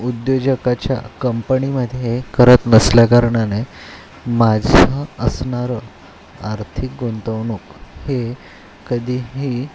उद्योजकाच्या कंपणीमध्ये करत नसल्याकारणाने माझं असणारं आर्थिक गुंतवणूक हे कधीही